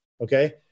okay